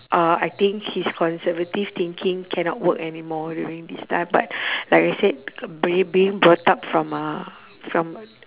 uh I think his conservative thinking cannot work anymore during this time but like I said being being brought up from a from